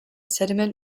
sediment